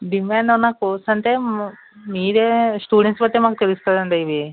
demand ఉన్న course అంటే మీరే స్టూడెంట్స్ని బట్టి మాకు తెలుస్తుంది అండి ఇవి